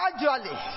gradually